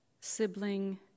sibling